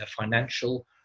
financial